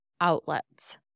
outlets